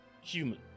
human